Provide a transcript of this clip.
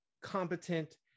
competent